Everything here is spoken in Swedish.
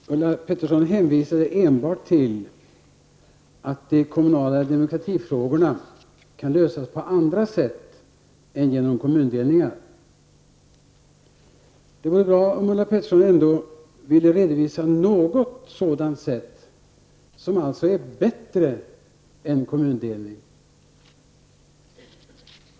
Fru talman! Ulla Pettersson hänvisade enbart till att de kommunala demokratiproblemen kan lösas på andra sätt än genom kommundelningar. Det vore bra om Ulla Pettersson ändå ville redovisa något sådant sätt, som alltså är bättre än kommundelning.